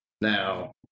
Now